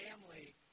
family